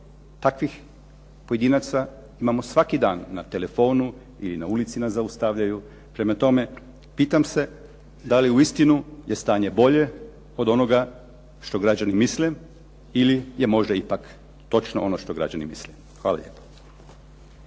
Takvih pojedinaca imamo svaki dan na telefonu ili na ulici nas zaustavljaju. Prema tome, pitam se da li uistinu je stanje bolje od onoga što građani misle ili je možda ipak točno ono što građani misle. Hvala lijepo.